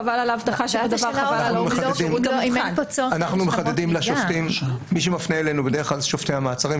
חבל על --- מי שמפנה אלינו בדרך כלל אלה שופטי המעצרים,